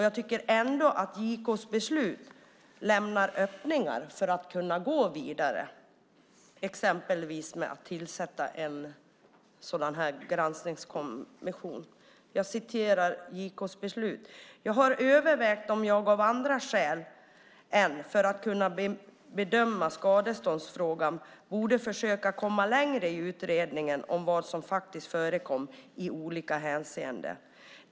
Jag tycker ändå att JK:s beslut lämnar öppningar för att man ska kunna gå vidare, exempelvis genom att tillsätta en granskningskommission. JK skriver i sitt beslut: "Jag har övervägt om jag av andra skäl än för att kunna bedöma skadeståndsfrågan borde försöka komma längre i utredningen om vad som faktiskt förekom i olika hänseenden.